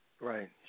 Right